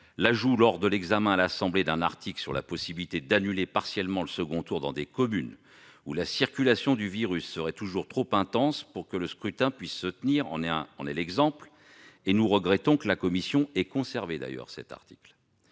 L'ajout, lors de l'examen à l'Assemblée nationale, d'un article visant à permettre d'annuler partiellement le second tour dans les communes où la circulation du virus serait toujours trop intense pour que le scrutin puisse se tenir en est l'exemple, et nous regrettons que la commission ait conservé cet article.